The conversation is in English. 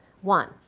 One